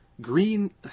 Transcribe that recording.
green